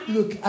Look